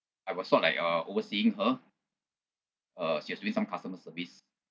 I was sort like uh overseeing her uh she was doing some customer service